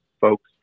folks